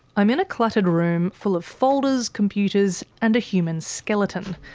i'm in a cluttered room, full of folders, computers and a human skeleton.